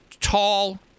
tall